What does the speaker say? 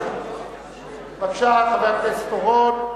בבקשה, חבר הכנסת אורון,